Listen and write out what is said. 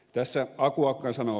tässä aku ankka sanoo